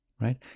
right